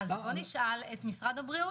נשאל את משרד הבריאות,